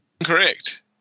incorrect